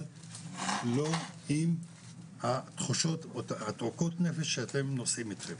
אבל לא עם התחושות התעוקות נפש שאתם נושאים אתכם,